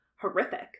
horrific